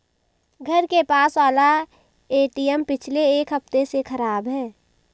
घर के पास वाला एटीएम पिछले एक हफ्ते से खराब है